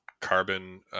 Carbon